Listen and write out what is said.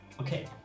okay